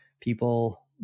people